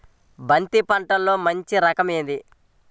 బంతి పంటలో మంచి రకం ఏది?